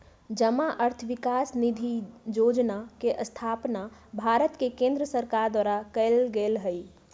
जमा अर्थ विकास निधि जोजना के स्थापना भारत के केंद्र सरकार द्वारा कएल गेल हइ